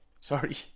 sorry